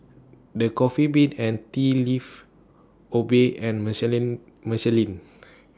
The Coffee Bean and Tea Leaf Obey and Michelin Michelin